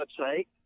website